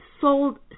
sold